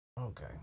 okay